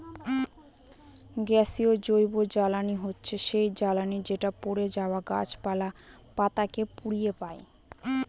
গ্যাসীয় জৈবজ্বালানী হচ্ছে সেই জ্বালানি যেটা পড়ে যাওয়া গাছপালা, পাতা কে পুড়িয়ে পাই